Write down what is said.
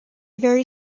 very